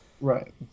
Right